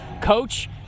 coach